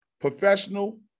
professional